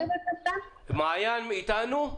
עו"ד אלי מלכה,